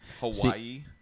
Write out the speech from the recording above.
Hawaii